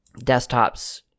desktops